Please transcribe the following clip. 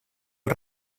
els